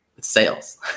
sales